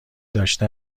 داشته